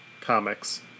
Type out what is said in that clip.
comics